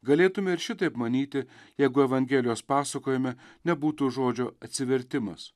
galėtume ir šitaip manyti jeigu evangelijos pasakojime nebūtų žodžio atsivertimas